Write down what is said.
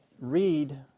read